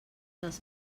dels